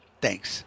Thanks